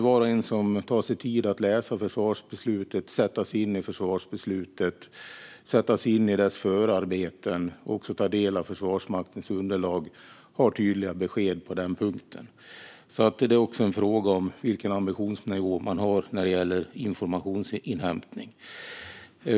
Var och en som tar sig tid att läsa och sätta sig in i försvarsbeslutet och dess förarbeten och också ta del av Försvarsmaktens underlag får tydliga besked på den punkten. Det är också en fråga om vilken ambitionsnivå man har när det gäller informationsinhämtning.